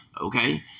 okay